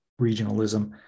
regionalism